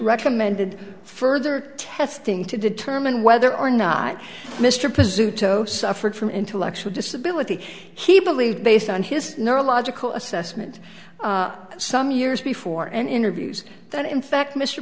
recommended further testing to determine whether or not mr pursuit suffered from intellectual disability he believed based on his neurological assessment some years before and interviews that in fact mr